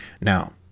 Now